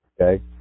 okay